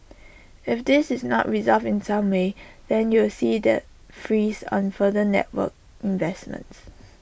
if this is not resolved in some way then you'll see the freeze on further network investments